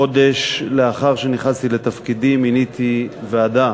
חודש לאחר שנכנסתי לתפקידי מיניתי ועדה